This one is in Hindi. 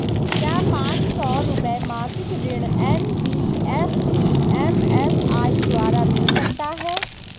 क्या पांच सौ रुपए मासिक ऋण एन.बी.एफ.सी एम.एफ.आई द्वारा मिल सकता है?